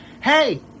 Hey